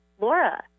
Laura